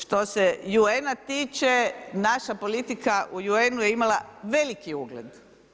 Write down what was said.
Što se UN-a tiče, naša politika u UN-u je imala veliki ugled.